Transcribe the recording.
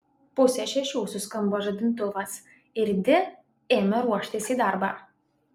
pusę šešių suskambo žadintuvas ir di ėmė ruoštis į darbą